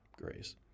Grace